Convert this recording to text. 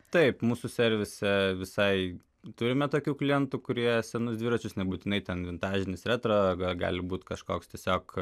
taip mūsų servise visai turime tokių klientų kurie senus dviračius nebūtinai ten vintažinis retro gali būt kažkoks tiesiog